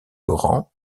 laurent